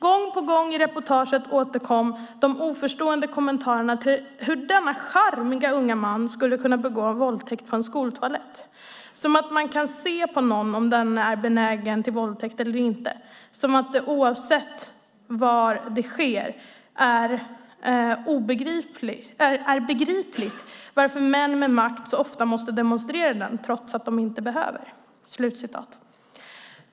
Gång på gång i reportaget återkom de oförstående kommentarerna till att denna charmiga unga man skulle begå våldtäkt på en skoltoalett. Som att man kan se på någon om denne är benägen till våldtäkt eller inte. Som att det, oavsett var det sker, är begripligt varför män med makt så ofta måste demonstrera den, trots att de inte behöver."